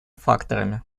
факторами